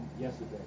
yesterday